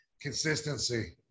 consistency